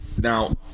Now